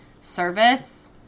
service